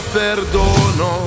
perdono